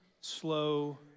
slow